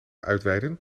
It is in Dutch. uitweiden